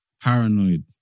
paranoid